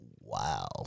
wow